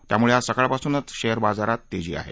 त्यामुळे आज सकाळपासूनच शेअर बाजार तेजीत आहे